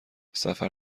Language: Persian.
سفر